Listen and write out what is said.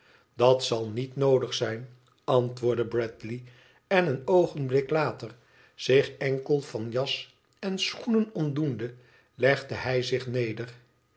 dat zal niet noodig zijn antwoordde bradley en een oogenblik later zich enkel van jas en schoenen ontdoende legde hij zich neder